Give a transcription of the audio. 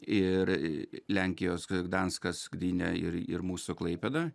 ir lenkijos gdanskas gdynia ir ir mūsų klaipėda